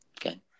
Okay